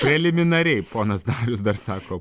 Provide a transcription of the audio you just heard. preliminariai ponas darius dar sako